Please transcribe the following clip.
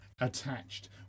Attached